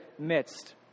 midst